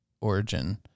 origin